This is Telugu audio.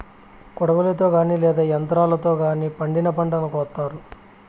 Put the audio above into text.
కొడవలితో గానీ లేదా యంత్రాలతో గానీ పండిన పంటను కోత్తారు